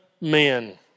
men